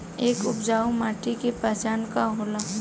एक उपजाऊ मिट्टी के पहचान का होला?